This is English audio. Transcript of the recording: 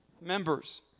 Members